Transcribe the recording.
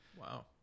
Wow